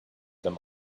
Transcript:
them